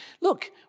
look